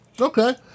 okay